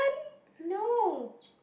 no